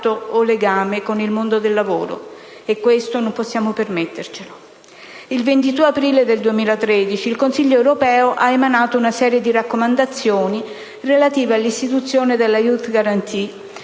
Il 22 aprile 2013 il Consiglio europeo ha emanato una serie di raccomandazioni relative all'istituzione della *Youth* *Guarantee*,